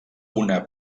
una